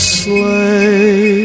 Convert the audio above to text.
sleigh